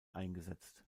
eingesetzt